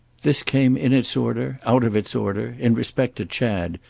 this came in its order, out of its order, in respect to chad,